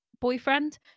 boyfriend